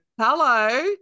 Hello